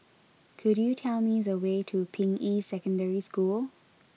could you tell me the way to Ping Yi Secondary School